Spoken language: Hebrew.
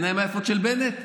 העיניים היפות של בנט?